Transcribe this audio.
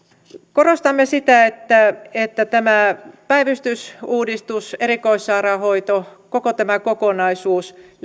korostamme sitä että että tämä päivystysuudistus erikoissairaanhoito koko tämä kokonaisuus